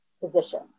position